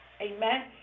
Amen